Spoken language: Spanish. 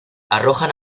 arrojan